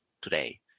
today